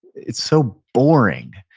it's so boring.